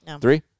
Three